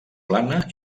plana